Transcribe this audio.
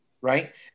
right